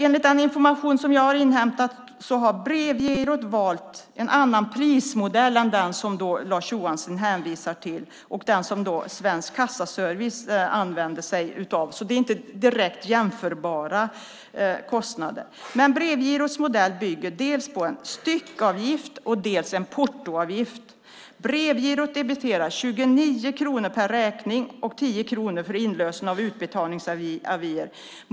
Enligt den information jag har inhämtat har Brevgirot valt en annan prismodell än den som Lars Johansson hänvisar till och som Svensk Kassaservice använde sig av. Det är alltså inte direkt jämförbara kostnader. Brevgirots modell bygger på dels en styckavgift, dels en portoavgift. Brevgirot debiterar 29 kronor per räkning och 10 kronor för inlösen av utbetalningsavier.